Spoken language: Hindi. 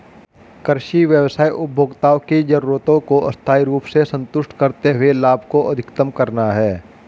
कृषि व्यवसाय उपभोक्ताओं की जरूरतों को स्थायी रूप से संतुष्ट करते हुए लाभ को अधिकतम करना है